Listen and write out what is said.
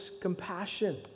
compassion